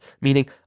meaning